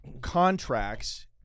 contracts